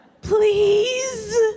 Please